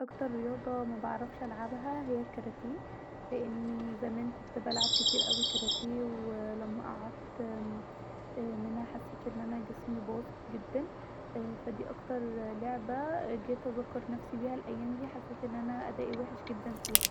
اكتر رياضه مبعرفش العبها هي الكاراتيه لاني زمان كنت بلعب كتير اوي كاراتيه ااا ولما قعدت منها حسيت أن انا جسمي باظ جدا ف دي اكتر لعبه كنت بفكر نفسي بيها الايام ديه حسيت أن انا أدائي وحش جدا فيها